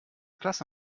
klasse